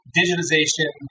digitization